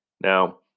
Now